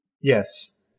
Yes